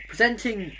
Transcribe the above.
Presenting